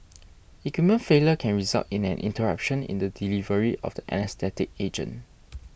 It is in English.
equipment failure can result in an interruption in the delivery of the anaesthetic agent